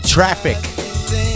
Traffic